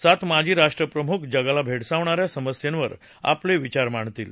सात माजी राष्ट्रप्रमुख जगाला भेडसावणाऱ्या समस्येंवर आपले विचार मांडतील